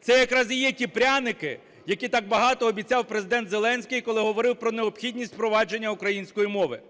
Це якраз і є ті пряники, які так багато обіцяв Президент Зеленський, коли говорив про необхідність впровадження української мови.